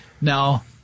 Now